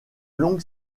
longue